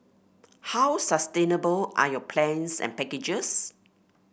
how sustainable are your plans and packages